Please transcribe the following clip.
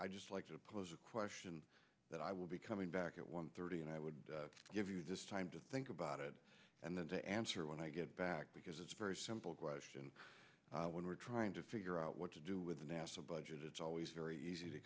i just like to pose a question that i will be coming back at one thirty and i would give you this time to think about it and then the answer when i get back because it's very simple when we're trying to figure out what to do with the nasa budget it's always very easy to